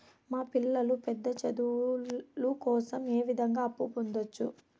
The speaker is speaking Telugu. మా పిల్లలు పెద్ద చదువులు కోసం ఏ విధంగా అప్పు పొందొచ్చు?